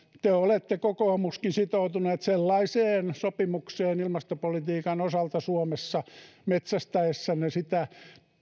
te olette kokoomuskin sitoutuneet sellaiseen sopimukseen ilmastopolitiikan osalta suomessa metsästäessänne sitä